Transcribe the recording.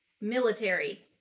military